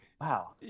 Wow